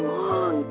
long